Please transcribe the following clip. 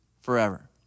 forever